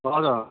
हजुर